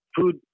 food